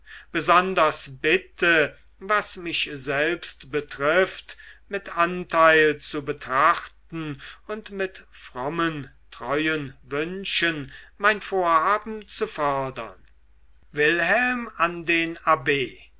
besonders bitte was mich selbst betrifft mit anteil zu betrachten und mit frommen treuen wünschen mein vorhaben zu fördern wilhelm an den abb